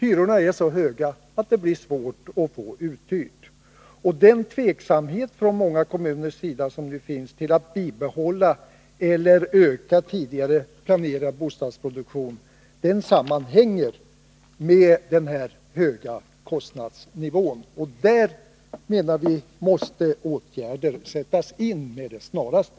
Hyrorna är så höga att det blir svårt att få lägenheterna uthyrda. Den tveksamhet som råder från många kommuners sida till att bibehålla eller öka tidigare planerad bostadsproduktion sammanhänger med den höga kostnadsnivån. Där menar vi att åtgärder måste sättas in med det snaraste.